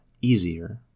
easier